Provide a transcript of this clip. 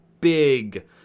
big